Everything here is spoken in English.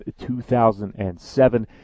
2007